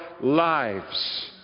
lives